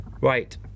Right